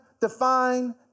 define